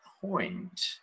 point